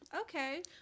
okay